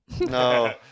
No